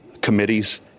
committees